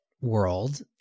world